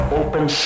open